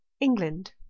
England